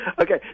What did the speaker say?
Okay